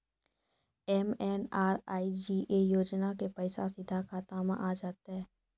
MNREGA योजना के पैसा सीधा खाता मे आ जाते?